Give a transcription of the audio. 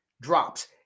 drops